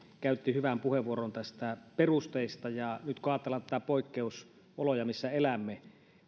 käytti hyvän puheenvuoron näistä perusteista ja nyt kun ajatellaan poikkeusoloja joissa elämme